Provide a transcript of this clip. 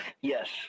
Yes